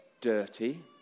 dirty